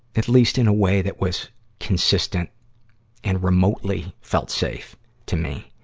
at least in a way that was consistent and remotely felt safe to me.